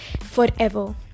forever